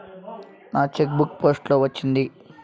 నా cheque book post లో వచ్చింది